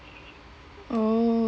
oh